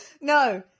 No